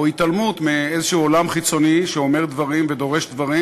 או התעלמות מעולם חיצוני שאומר דברים ודורש דברים,